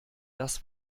das